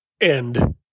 end